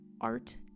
art